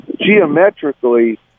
geometrically